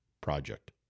project